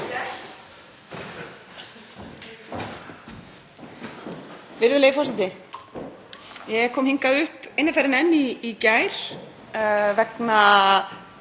Virðulegi forseti. Ég kom hingað upp eina ferðina enn í gær vegna